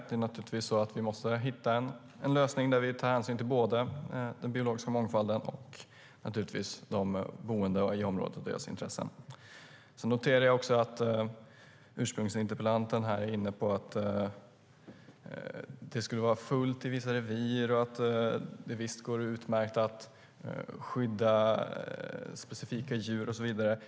Vi måste naturligtvis hitta en lösning där vi tar hänsyn både till den biologiska mångfalden och till de boende i området och deras intressen. Jag noterar att interpellanten är inne på att det skulle vara fullt i vissa revir och att det visst går utmärkt att skydda specifika djur och så vidare.